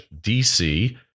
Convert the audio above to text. DC